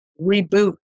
reboot